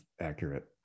accurate